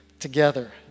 together